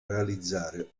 realizzare